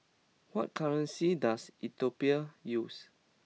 what currency does Ethiopia use